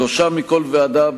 שלושה מכל ועדה,